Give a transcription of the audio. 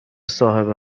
صاحب